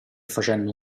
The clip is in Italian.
facendo